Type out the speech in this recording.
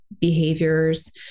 behaviors